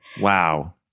wow